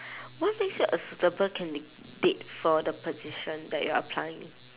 what makes you a suitable candidate for the position that you are applying